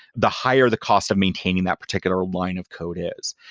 the higher the cost of maintaining that particular line of code is.